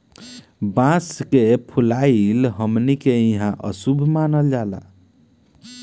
बांस के फुलाइल हमनी के इहां अशुभ मानल जाला